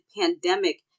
pandemic